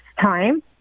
time